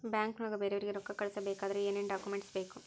ಬ್ಯಾಂಕ್ನೊಳಗ ಬೇರೆಯವರಿಗೆ ರೊಕ್ಕ ಕಳಿಸಬೇಕಾದರೆ ಏನೇನ್ ಡಾಕುಮೆಂಟ್ಸ್ ಬೇಕು?